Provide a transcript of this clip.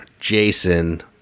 Jason